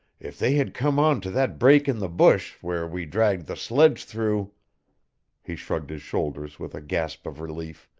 if they had come on to that break in the bush where we dragged the sledge through he shrugged his shoulders with a gasp of relief.